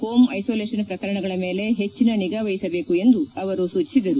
home isolation ಪ್ರಕರಣಗಳ ಮೇಲೆ ಹೆಚ್ಚಿನ ನಿಗಾ ವಹಿಸಬೇಕು ಎಂದು ಅವರು ಸೂಚಿಸಿದರು